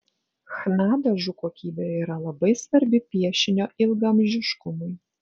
chna dažų kokybė yra labai svarbi piešinio ilgaamžiškumui